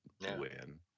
win